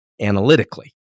analytically